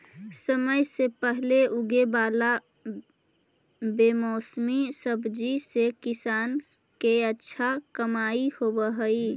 समय से पहले उगे वाला बेमौसमी सब्जि से किसान के अच्छा कमाई होवऽ हइ